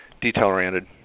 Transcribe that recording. detail-oriented